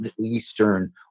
Eastern